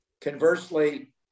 conversely